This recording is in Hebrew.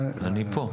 אני פה.